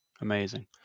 Amazing